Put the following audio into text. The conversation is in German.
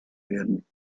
werden